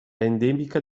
endemica